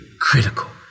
critical